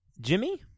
Jimmy